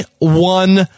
one